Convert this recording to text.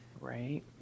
right